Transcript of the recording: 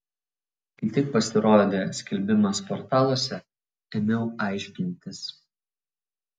kai tik pasirodė skelbimas portaluose ėmiau aiškintis